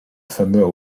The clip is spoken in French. fameux